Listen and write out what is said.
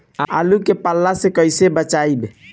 आलु के पाला से कईसे बचाईब?